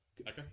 Okay